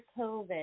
COVID